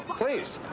please.